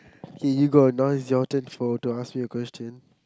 K you got now it's your turn to ask me a question